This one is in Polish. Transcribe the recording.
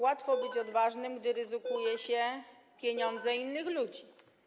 Łatwo być odważnym, gdy ryzykuje się pieniądze innych ludzi.